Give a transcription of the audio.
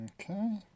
Okay